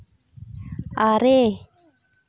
ᱟᱨᱮ